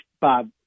Bob